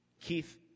Keith